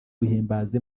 guhimbaza